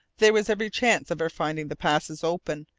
there was every chance of our finding the passes open,